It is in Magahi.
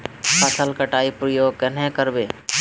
फसल कटाई प्रयोग कन्हे कर बो?